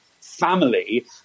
family